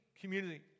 community